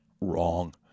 wrong